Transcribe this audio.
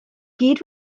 gyd